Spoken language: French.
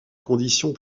conditions